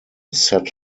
set